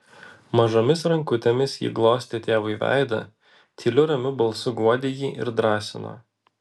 mažomis rankutėmis ji glostė tėvui veidą tyliu ramiu balsu guodė jį ir drąsino